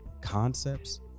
concepts